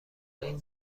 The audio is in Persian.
این